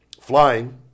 flying